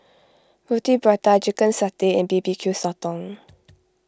Roti Prata Chicken Satay and B B Q Sotong